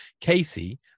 casey